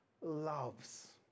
loves